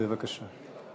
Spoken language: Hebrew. בבקשה.